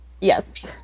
Yes